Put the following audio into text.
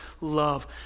love